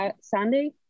Sunday